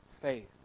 Faith